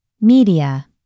Media